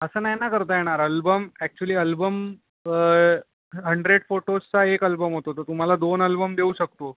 असं नाही ना करता येणार अल्बम अॅक्च्युली अल्बम हंड्रेड फोटोजचा एक अल्बम होतो तर तुम्हाला दोन अल्बम देऊ शकतो